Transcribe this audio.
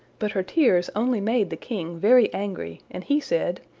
but her tears only made the king very angry, and he said,